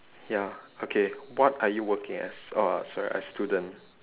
ya okay what are you working as oh uh sorry a student